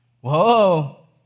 Whoa